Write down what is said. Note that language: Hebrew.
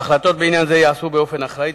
ההחלטות בעניין זה ייעשו באופן אחראי,